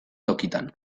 tokitan